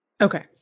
Okay